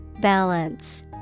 balance